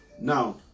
Now